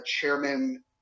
chairman